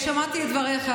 שמעתי את דבריך,